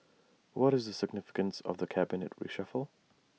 what is the significance of the cabinet reshuffle